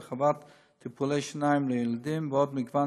הרחבת טיפולי שיניים לילדים ועוד מגוון